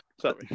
Sorry